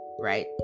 right